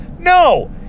No